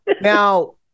Now